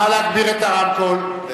נא להגביר את הרמקול.